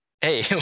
hey